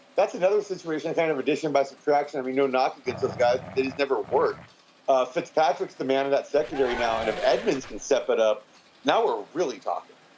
that's another situation. i kind of addition by subtraction every, no knock against those guys, but that has never worked a fitzpatrick's demanded that secretary now. and if edmonds can step it up now we're really talking.